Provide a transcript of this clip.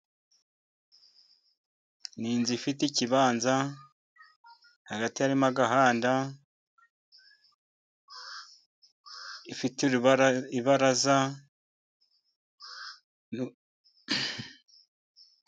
Ni inzu ifite ikibanza hagati harimo agahanda, ifite ibaraza.